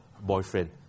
boyfriend